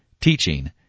teaching